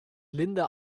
linda